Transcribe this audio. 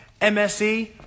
MSE